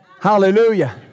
Hallelujah